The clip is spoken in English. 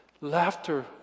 laughter